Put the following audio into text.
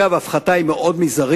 ודרך אגב ההפחתה היא זעירה מאוד,